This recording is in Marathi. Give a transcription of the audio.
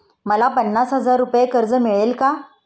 मला पन्नास हजार रुपये कर्ज मिळेल का?